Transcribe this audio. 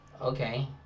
Okay